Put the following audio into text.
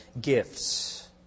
gifts